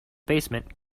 basement